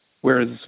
whereas